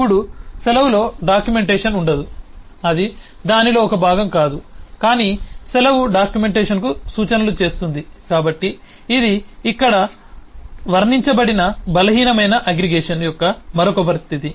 ఇప్పుడు సెలవులో డాక్యుమెంటేషన్ ఉండదు అది దానిలో ఒక భాగం కాదు కాని సెలవు డాక్యుమెంటేషన్కు సూచనలు చేస్తుంది కాబట్టి ఇది ఇక్కడ వర్ణించబడిన బలహీనమైన అగ్రిగేషన్ యొక్క మరొక పరిస్థితి